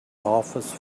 office